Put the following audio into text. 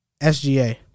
SGA